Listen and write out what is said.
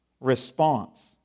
response